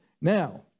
Now